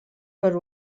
per